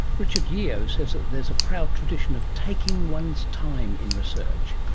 richard yeo says that there is a proud tradition of taking one's time in research.